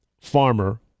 farmer